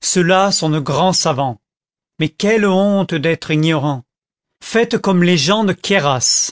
ceux-là sont de grands savants mais quelle honte d'être ignorants faites comme les gens de queyras